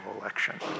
election